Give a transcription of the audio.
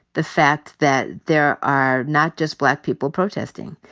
the fact that there are not just black people protesting.